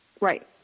Right